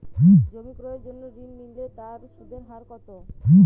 জমি ক্রয়ের জন্য ঋণ নিলে তার সুদের হার কতো?